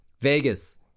Vegas